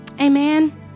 Amen